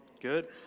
Good